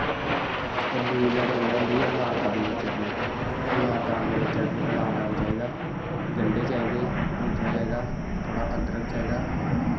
कन्नै दुई नहाड़ै कन्नै होंदी नारदानें दी चटनी अनारदानें दी चटनी अनारदाना चाहिदा गंडे चाहिदा पूतना चाहिदा थोह्ड़ा अदरक चाहिदा